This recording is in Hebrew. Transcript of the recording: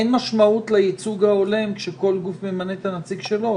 אין משמעות לייצוג ההולם כשכל גוף ממנה את הנציג שלו,